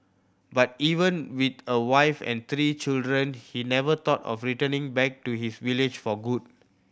but even with a wife and three children he never thought of returning back to his village for good